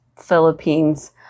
Philippines